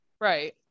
right